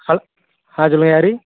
hello ஆ சொல்லுங்கள் யார்